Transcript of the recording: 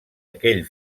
aquell